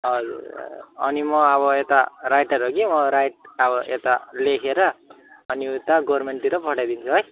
हजुर अनि म अब यता राइटर हो कि म राइट अब यता लेखेर अनि उता गभर्मेन्टतिर पठाइदिन्छु है